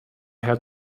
had